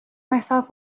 myself